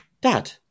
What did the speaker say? dad